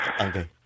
Okay